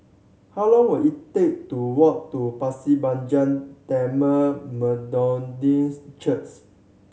how long will it take to walk to Pasir Panjang Tamil Methodist